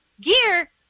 gear